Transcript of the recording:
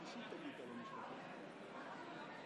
הצעת חוק התוכנית הכלכלית לשנת התקציב 2021-2022 עברה בקריאה ראשונה,